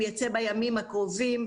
יצא בימים הקרובים,